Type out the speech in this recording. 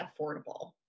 affordable